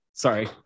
Sorry